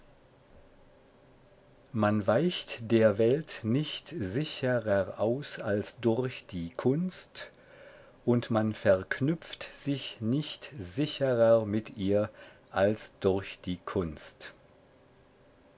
man weicht der welt nicht sicherer aus als durch die kunst und man verknüpft sich nicht sicherer mit ihr als durch die kunst